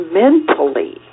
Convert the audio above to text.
mentally